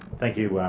thank you.